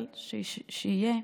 אבל שיהיה,